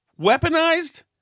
Weaponized